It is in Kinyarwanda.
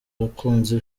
abakunzi